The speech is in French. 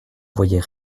voyait